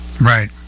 Right